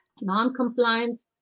non-compliance